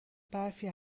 برفی